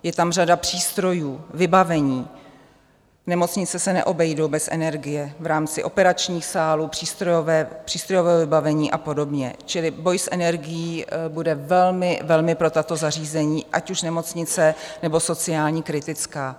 Je tam řada přístrojů, vybavení, nemocnice se neobejdou bez energie v rámci operačních sálů, přístrojového vybavení a podobně, čili boj s energií bude velmi, velmi pro tato zařízení, ať už nemocnice, nebo sociální, kritická.